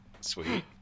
Sweet